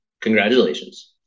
Congratulations